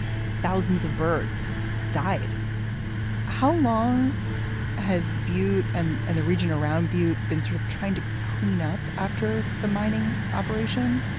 thousands of birds died how long has butte and and the region around butte been sort of trying to clean up after the mining operation?